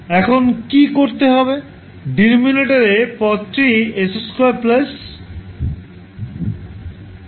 এখন কী করতে হবে ডিনোমিনেটরে পদটি 𝑠2 𝑎𝑠 𝑏 রয়েছে